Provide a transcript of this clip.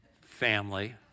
family